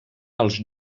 els